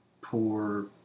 poor